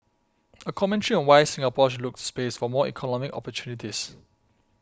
a commentary on why Singapore should look to space for more economic opportunities